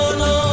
no